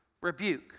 rebuke